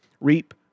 reap